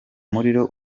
muriro